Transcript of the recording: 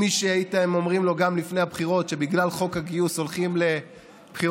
מי שהייתם אומרים לו לפני הבחירות שבגלל חוק הגיוס הולכים לבחירות,